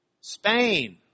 Spain